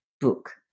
book